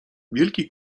wielki